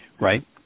Right